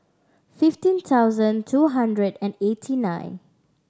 fifteen thousand two hundred and eighty nine